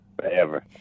forever